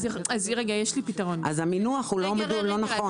המינוח הוא לא נכון.